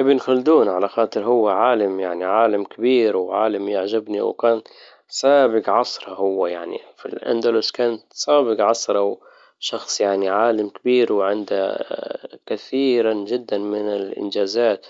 ابن خلدون على خاطر هو عالم يعني عالم كبير وعالم يعجبني وكان سابق عصره هو يعني في الاندلس كان سابق عصره و شخص يعني عالم كبير وعنده كثيرا جدا من الانجازات